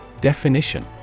Definition